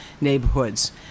neighborhoods